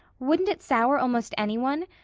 wouldn't it sour almost any one?